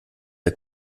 der